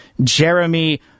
Jeremy